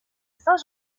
saint